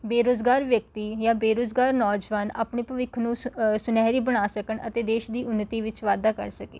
ਬੇਰੁਜ਼ਗਾਰ ਵਿਅਕਤੀ ਜਾਂ ਬੇਰੁਜ਼ਗਾਰ ਨੌਜਵਾਨ ਆਪਣੇ ਭਵਿੱਖ ਨੂੰ ਸੁ ਸੁਨਹਿਰੀ ਬਣਾ ਸਕਣ ਅਤੇ ਦੇਸ਼ ਦੀ ਉੱਨਤੀ ਵਿੱਚ ਵਾਧਾ ਕਰ ਸਕੇ